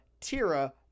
Tira